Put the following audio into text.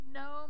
no